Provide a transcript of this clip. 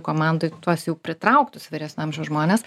komandoj tuos jau pritrauktus vyresnio amžiaus žmones